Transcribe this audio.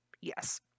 yes